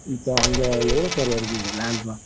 இப்போ அங்கே எவ்வளோ சார் வருது லேண்ட்லாம்